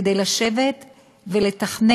כדי לשבת ולתכנן,